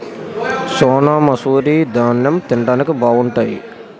సోనామసూరి దాన్నెం తిండానికి బావుంటాయి